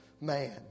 man